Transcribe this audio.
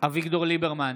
אביגדור ליברמן,